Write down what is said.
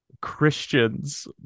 Christians